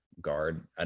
guard